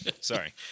sorry